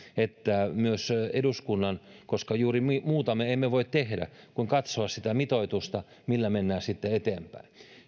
että myös eduskunnan on katsottava sitä mitoitusta koska juuri muuta me emme voi tehdä kuin katsoa sitä mitoitusta millä mennään sitten eteenpäin